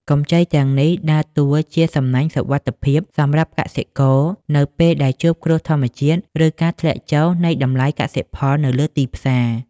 កម្ចីទាំងនេះដើរតួជាសំណាញ់សុវត្ថិភាពសម្រាប់កសិករនៅពេលដែលជួបគ្រោះធម្មជាតិ ឬការធ្លាក់ចុះនៃតម្លៃកសិផលនៅលើទីផ្សារ។